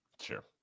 sure